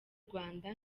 rwanda